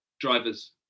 Drivers